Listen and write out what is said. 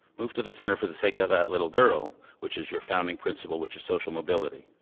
move to the center for the sake of that little girl, which is your founding principle, which is social mobility.